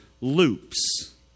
loops